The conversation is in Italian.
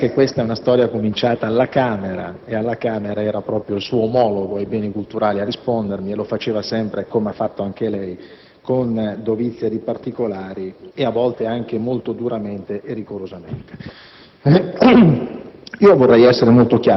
Lei sa che questa è una storia cominciata alla Camera dei deputati, dove era proprio il suo omologo ai Beni culturali a rispondermi e lo faceva sempre, come ha fatto anche lei, con dovizia di particolari, a volte anche molto duramente e rigorosamente.